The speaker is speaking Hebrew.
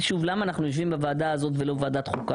גם אנחנו בעד הידברות.